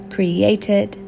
Created